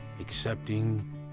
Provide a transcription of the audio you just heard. Accepting